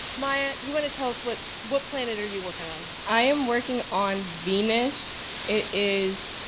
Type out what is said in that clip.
maya, you wanna tell us what what planet are you working on? i am working on venus. it is